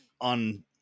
on